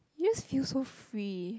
youths feel so free